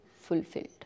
fulfilled